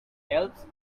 elves